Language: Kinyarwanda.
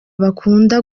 bakunda